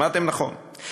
שמעתם נכון,